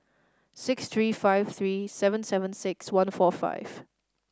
six three five three seven seven six one four five